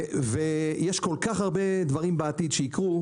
יש כל כך הרבה דברים בעתיד שיקרו,